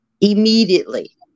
immediately